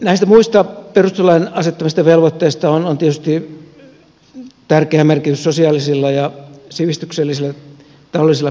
näistä muista perustuslain asettamista velvoitteista on tietysti tärkeä merkitys sosiaalisilla ja sivistyksellisillä tavallisilla perusoikeuksilla